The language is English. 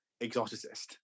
exoticist